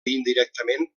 indirectament